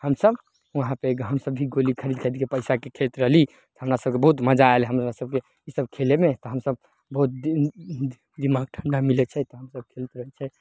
हमसभ हुआँ पर हमसभ भी गोलि खरीद खरीदके पैसाके खेलैत रहली हमरा सभके बहुत मजा आयल हमरा सभके ई सभ खेलयमे तऽ हमसभ बहुत दिन दिमाग ठण्डा मिलय छै तऽ हमसभ खेलैत रहय छियै